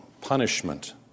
punishment